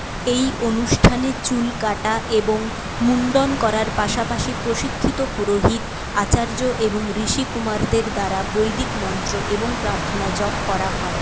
এই অনুষ্ঠানে চুল কাটা এবং মুণ্ডন করার পাশাপাশি প্রশিক্ষিত পুরোহিত আচার্য এবং ঋষিকুমারদের দ্বারা বৈদিক মন্ত্র এবং প্রার্থনা জপ করা হয়